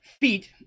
feet